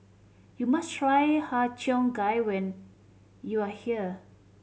you must try Har Cheong Gai when you are here